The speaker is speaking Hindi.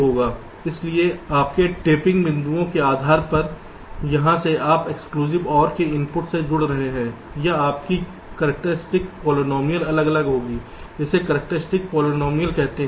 इसलिए आपके टैपिंग बिंदुओं के आधार पर जहां से आप एक्सक्लूसिव OR के इनपुट से जुड़ रहे हैं या आपकी करक्टेर्सिटीस पॉलिनॉमियल अलग अलग होगी इसे करक्टेर्सिटीस पॉलिनॉमियल कहते हैं